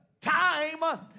time